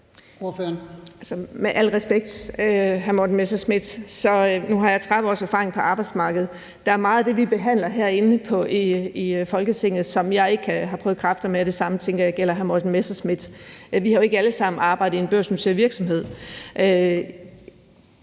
Med al respekt, hr. Morten Messerschmidt, vil jeg sige, at jeg har 30 års erfaring på arbejdsmarkedet, og der er meget af det, vi behandler herinde i Folketinget, som jeg ikke har prøvet kræfter med, og jeg tænker, at det samme gælder hr. Morten Messerschmidt. Vi har jo ikke alle sammen arbejdet i en børsnoteret virksomhed.